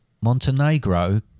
Montenegro